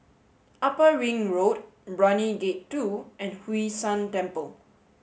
Upper Ring Road Brani Gate two and Hwee San Temple